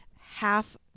half